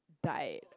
died